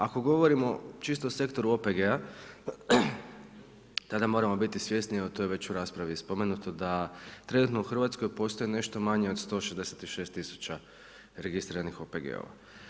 Ako govorimo čisto o sektoru OPG-a, tada moramo biti svjesni, a to je već u raspravi spomenuto da trenutno u Hrvatskoj postoji nešto manje od 166 tisuća registriranih OPG-ova.